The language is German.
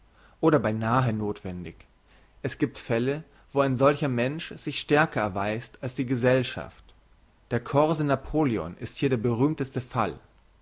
oder beinahe nothwendig denn es giebt fälle wo ein solcher mensch sich stärker erweist als die gesellschaft der corse napoleon ist der berühmteste fall